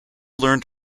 learned